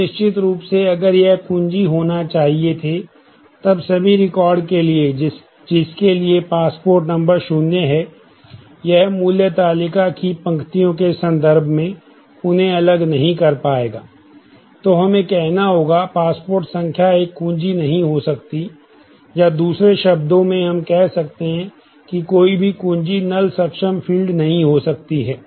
तो निश्चित रूप से अगर यह कुंजी होना चाहिए थे तब सभी रिकॉर्ड नहीं हो सकती है